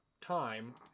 time